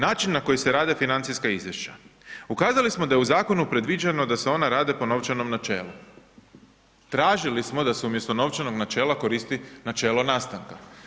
Način na koji se rade financijska izvješća, ukazali smo da je u zakonu predviđeno da se ona rade po novčanom načelu, tražili smo da se umjesto novčanog načela koristi načelo nastanka.